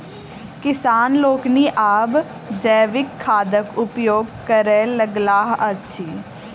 किसान लोकनि आब जैविक खादक उपयोग करय लगलाह अछि